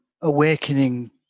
awakening